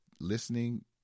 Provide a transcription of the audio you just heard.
listening